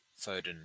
Foden